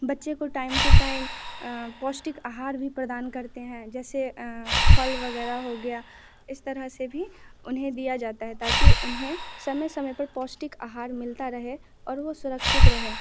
बच्चे को time to time पौष्टिक आहार भी प्रदान करते हैं जैसे फल वग़ैरह हो गया इस तरह से भी उन्हें दिया जाता है ताकि उन्हें समय समय पर पौष्टिक आहार मिलता रहे और वो सुरक्षित रहें